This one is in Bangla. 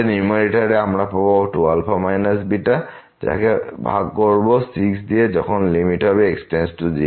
তাহলে নিউমারেটার এ আমরা পাব 2α যাকে ভাগ করব 6 দিয়ে যখন লিমিট হবে x→0